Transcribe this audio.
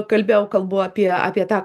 kalbėjau kalbu apie apie tą